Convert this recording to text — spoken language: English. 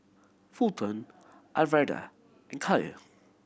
Fulton Alverda and Kael